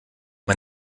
man